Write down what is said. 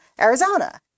Arizona